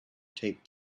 taped